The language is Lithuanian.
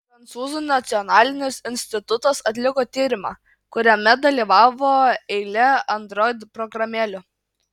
prancūzų nacionalinis institutas atliko tyrimą kuriame dalyvavo eilė android programėlių